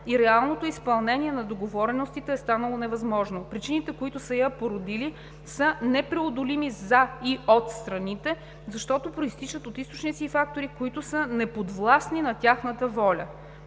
и реалното изпълнение на договореностите е станало невъзможно. Причините, които са я породили, са непреодолими за и от страните, защото произтичат от източници и фактори, които са неподвластни на тяхната воля.